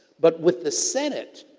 but, with the senate,